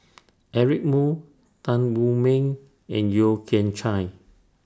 Eric Moo Tan Wu Meng and Yeo Kian Chai